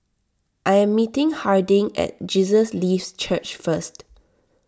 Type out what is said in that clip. I am meeting Harding at Jesus Lives Church first